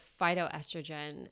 phytoestrogen